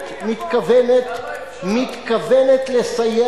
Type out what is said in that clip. לא, זכויות אדם זה ביטחון.